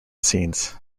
scenes